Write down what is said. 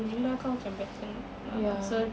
kau macam better lah so